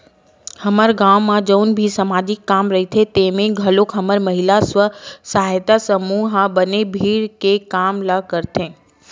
हमर गाँव म जउन भी समाजिक काम रहिथे तेमे घलोक हमर महिला स्व सहायता समूह ह बने भीड़ के काम ल करथे